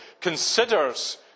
considers